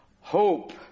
Hope